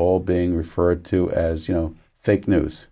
all being referred to as you know fake news